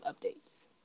updates